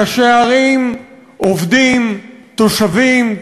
ראשי ערים, עובדים, תושבים,